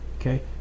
okay